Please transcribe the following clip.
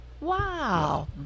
Wow